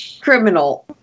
criminal